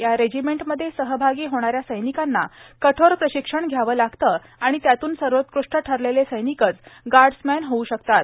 या रेजिमेंटमध्ये सहआगी होणा या सैनिकांना कठोर प्रशिक्षण घ्यावं लागतं आणि त्यातून सर्वोत्कृष्ट ठरलेले सैनिकच गार्डस्मॅन होऊ शकतात